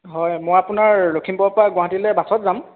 হয় মই আপোনাৰ লখিমপুৰৰ পৰা গুৱাহাটীলৈ বাছত যাম